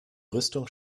rüstung